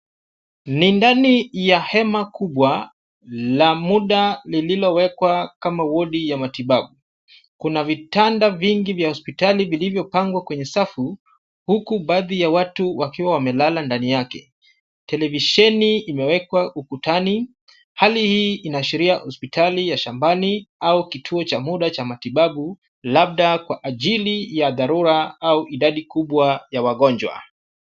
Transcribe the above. Ni ndani ya hema kubwa la muda lililowekwa kama wodi ya matibabu. Kuna vitanda vingi vya hospitali vilivyopangwa kwenye safu, huku baadhi ya watu wakiwa wamelala ndani yake. Televisheni imewekwa ukutani. Hali hii inaashiria hospitali ya shambani au kituo cha muda cha matibabu, labda kwa ajili ya dharura au idadi kubwa ya wagonjwa.